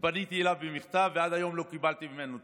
פניתי אליו במכתב ועד היום לא קיבלתי ממנו תשובה.